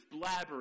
blabbering